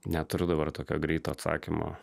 neturiu dabar tokio greito atsakymo